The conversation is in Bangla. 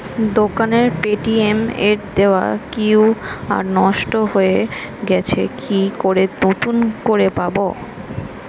দোকানের পেটিএম এর দেওয়া কিউ.আর নষ্ট হয়ে গেছে কি করে নতুন করে পাবো?